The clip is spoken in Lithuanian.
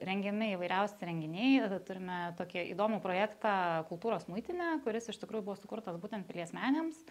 rengiami įvairiausi renginiai turime tokį įdomų projektą kultūros muitinė kuris iš tikrųjų buvo sukurtas būtent pilies menėms